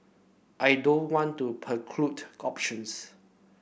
I don't want to preclude options